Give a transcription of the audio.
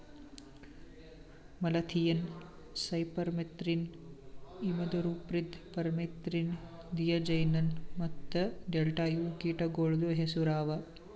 malathion, cypermethrin, imidacloprid, permethrin, diazinon ಮತ್ತ delta ಇವು ಕೀಟಗೊಳ್ದು ಹೆಸುರ್ ಅವಾ